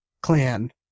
clan